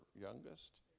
youngest